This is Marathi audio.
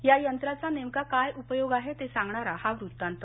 या यंत्राचा नेमका काय उपयोग आहे ते सांगणारा हा वृत्तांत